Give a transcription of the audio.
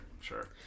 sure